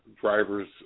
drivers